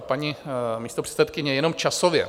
Paní místopředsedkyně, jenom časově.